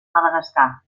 madagascar